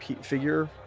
figure